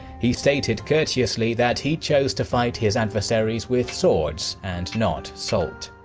he stated courteously that he chose to fight his adversaries with swords, and not salt.